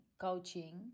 coaching